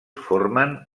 formen